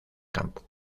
campo